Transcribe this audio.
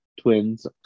twins